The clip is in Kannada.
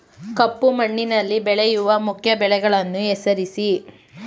ಕಪ್ಪು ಮಣ್ಣಿನಲ್ಲಿ ಬೆಳೆಯುವ ಮುಖ್ಯ ಬೆಳೆಗಳನ್ನು ಹೆಸರಿಸಿ